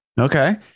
Okay